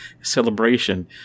celebration